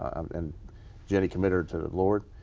and jenny committed her to the lord.